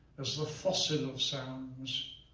as the fossils of sounds,